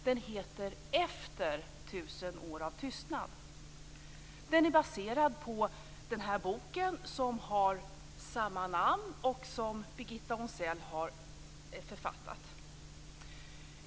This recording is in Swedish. Den heter Efter tusen år av tystnad och är baserad på en bok med samma namn av Birgitta Onsell.